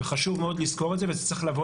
חשוב מאוד לזכור את זה וזה צריך לבוא